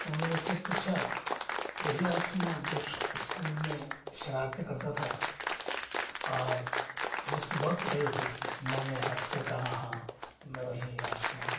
उन्होंने मुझसे पूछा की वहीं राजकुमार जो स्कूल में शरारतें करता था और जिसकी बहुत पिटाई होती थी मैंने हँसकर कहा हाँ मैं वहीं राजकुमार हूँ